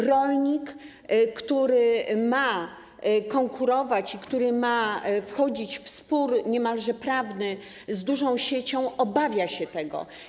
Rolnik, który ma konkurować i który ma wchodzić w spór niemalże prawny z dużą siecią, obawia się tego.